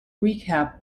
recap